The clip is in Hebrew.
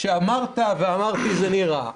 שאמרת ואמרתי שזה נראה.